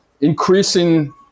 increasing